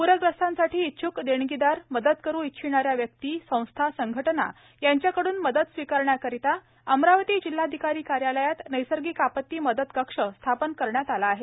पूरग्रस्तांसाठी इच्छुक देणगीदार मदत करु इच्छिणाऱ्या व्यक्ती संस्था संघटना यांच्याकइन मदत स्वीकारण्याकरिता अमरावती जिल्हाधिकारी कार्यालयात नैसर्गिक आपती मदत कक्ष स्थापन करण्यात आला आहे